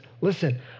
Listen